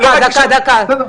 דקה, דקה, דקה.